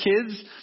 kids